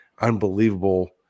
unbelievable